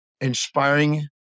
inspiring